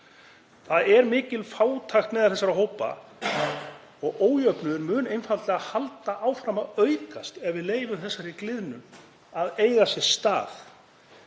Það er mikil fátækt meðal þessara hópa og ójöfnuður mun einfaldlega halda áfram að aukast ef við leyfum þessari gliðnun að eiga sér stað.